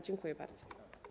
Dziękuję bardzo.